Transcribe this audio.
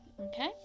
Okay